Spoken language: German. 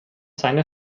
seine